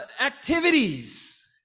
activities